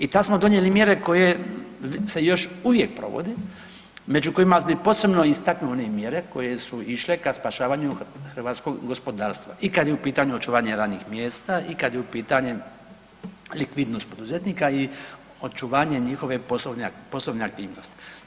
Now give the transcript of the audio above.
I tad smo donijeli mjere koje se još uvijek provode, među kojima bi posebno istaknuo one mjere koje su išle ka spašavanju hrvatskog gospodarstva, i kad je u pitanju očuvanje radnih mjesta i kad je u pitanju likvidnost poduzetnika i očuvanje njihove poslovne aktivnosti.